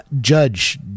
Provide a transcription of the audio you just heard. judge